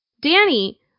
Danny